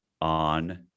on